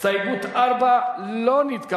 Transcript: ההסתייגות מס' 3 לחלופין